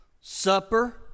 Supper